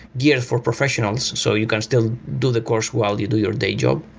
gear for professionals, so you can still do the course while you do your day job.